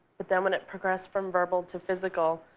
but then when it progressed from verbal to physical,